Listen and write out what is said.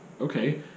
okay